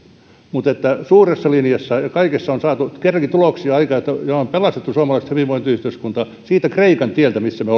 mutta suuressa linjassa ja kaikessa on saatu kerrankin tuloksia aikaan niin että on pelastettu suomalaista hyvinvointiyhteiskuntaa siltä kreikan tieltä missä me